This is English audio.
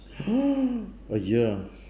a year